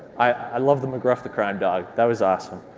i love the mcgruff, the crime dog that was awesome.